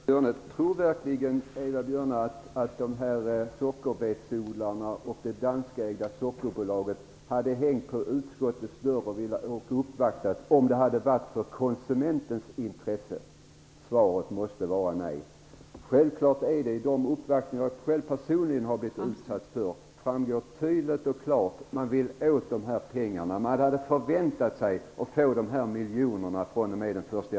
Fru talman! Tror verkligen Eva Björne att sockerbetsodlarna och det danskägda sockerbolaget hade hängt på utskottets dörr och uppvaktat om det hade varit ur konsumentens intresse? Svaret måste vara nej. Vid de uppvaktningar jag personligen har blivit utsatt för har det framgått tydligt och klart att man vill åt dessa pengar. Man hade förväntat sig att få dessa miljoner från den 1 januari.